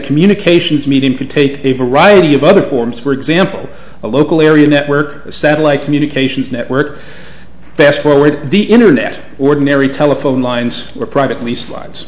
communications medium could take a variety of other forms for example a local area network satellite communications network fast forward the internet ordinary telephone lines were privately slides